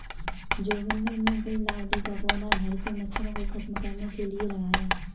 जोगिंदर ने गुलदाउदी का पौधा घर से मच्छरों को खत्म करने के लिए लगाया